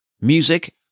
Music